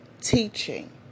teaching